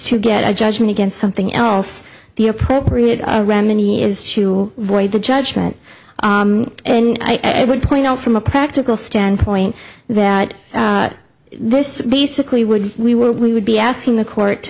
to get a judgment against something else the appropriate remedy is to void the judgment and i would point out from a practical standpoint that this basically would we were we would be asking the court to